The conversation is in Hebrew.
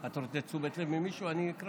חברי הכנסת, אדוני השר, לא יאומן כי יסופר.